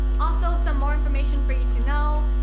also, some more information for you to know,